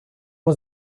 was